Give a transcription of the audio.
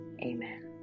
amen